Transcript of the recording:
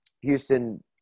Houston